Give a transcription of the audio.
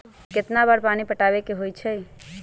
कितना बार पानी पटावे के होई छाई?